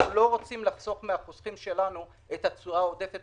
אנחנו לא רוצים לחסוך מהחוסכים שלנו את התשואה העודפת